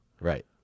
Right